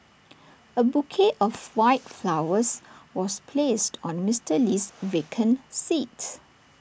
A bouquet of white flowers was placed on Mister Lee's vacant seat